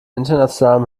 internationalem